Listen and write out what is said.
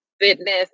fitness